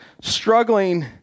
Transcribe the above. struggling